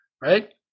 right